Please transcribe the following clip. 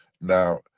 Now